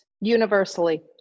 Universally